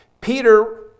Peter